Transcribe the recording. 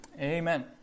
Amen